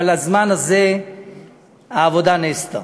אבל בזמן הזה העבודה נעשתה.